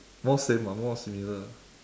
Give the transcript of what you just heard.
more same ah more similar